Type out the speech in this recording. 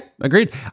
agreed